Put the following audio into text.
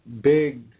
big